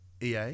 EA